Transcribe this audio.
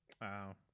Wow